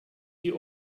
die